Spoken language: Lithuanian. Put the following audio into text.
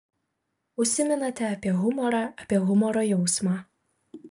užsimenate apie humorą apie humoro jausmą